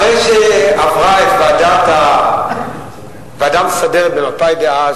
אחרי שעברה את הוועדה המסדרת במפא"י דאז,